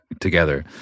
together